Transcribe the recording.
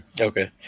Okay